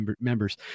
members